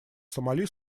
сомали